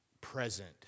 present